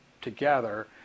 together